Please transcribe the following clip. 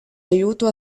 aiuto